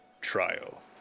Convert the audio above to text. trial